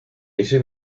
ese